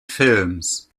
films